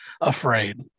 afraid